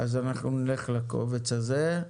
אז אנחנו נלך לקובץ הזה.